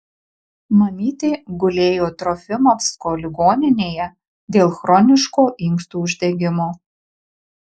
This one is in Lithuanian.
mamytė gulėjo trofimovsko ligoninėje dėl chroniško inkstų uždegimo